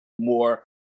more